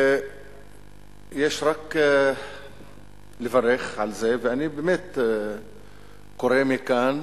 יש רק לברך על זה, ואני קורא מכאן